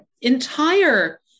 entire